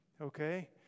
Okay